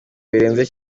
birenze